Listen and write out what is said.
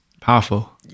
powerful